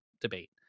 debate